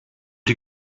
die